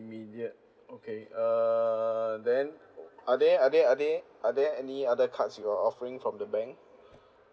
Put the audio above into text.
immediate okay err then are there are there are there are there any other cards you are offering from the bank